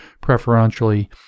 preferentially